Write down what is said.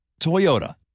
Toyota